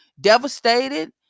devastated